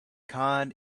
cod